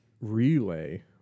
relay